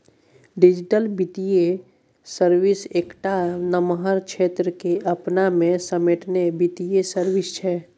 digital बित्तीय service एकटा नमहर क्षेत्र केँ अपना मे समेटने बित्तीय सर्विस छै